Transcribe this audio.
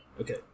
Okay